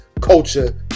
culture